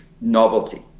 novelty